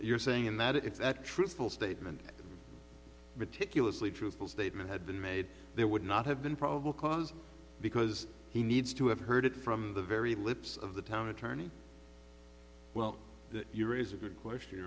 you're saying that if that truthful statement meticulously truthful statement had been made there would not have been probable cause because he needs to have heard it from the very lips of the town attorney well you raise a good question